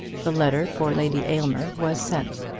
the letter for lady aylmer was sent,